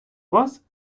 вас